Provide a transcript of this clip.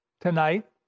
tonight